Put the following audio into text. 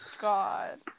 God